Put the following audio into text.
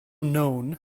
known